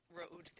road